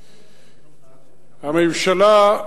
הממשלה,